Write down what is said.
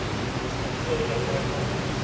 and then we'll kind of close up my part.